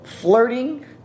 flirting